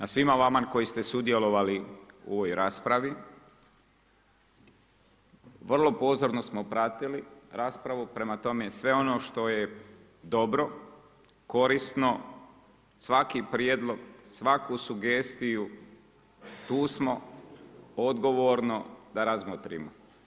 A svima vama koji ste sudjelovali u ovoj raspravi, vrlo pozorno smo pratili raspravu, prema tome, sve ono što je dobro, korisno, svaki prijedlog, svaku sugestiju, tu smo, odgovorno da razmotrimo.